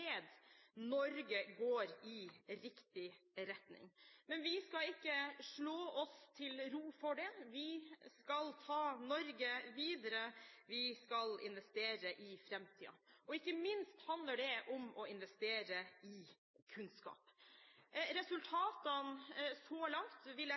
Norge går i riktig retning. Men vi skal ikke slå oss til ro med det. Vi skal ta Norge videre; vi skal investere i framtiden, og ikke minst handler det om å investere i kunnskap.